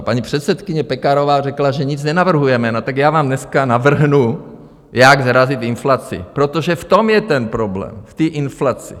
Paní předsedkyně Pekarová řekla, že nic nenavrhujeme, tak já vám dneska navrhnu, jak srazit inflaci, protože v tom je ten problém, v té inflaci.